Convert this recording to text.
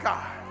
God